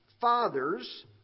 fathers